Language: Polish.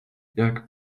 jak